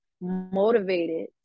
motivated